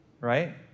Right